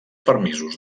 permisos